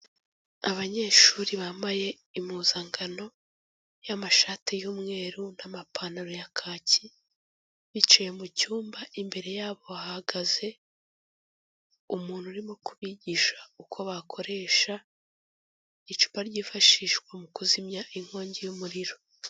Abanyeshuri bambaye impuzangano y'amashati y'umweru n'amapantaro ya kaki, bicaye mu cyumba, imbere yabo hahagaze umuntu urimo kubigisha, uko bakoresha icupa ryifashishwa mu kuzimya inkongi y'umuriro.